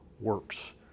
works